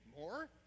more